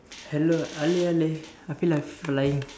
hello Ale Ale I feel like flying